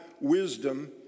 wisdom